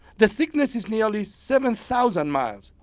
the thickness is nearly seven thousand miles,